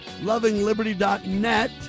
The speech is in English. lovingliberty.net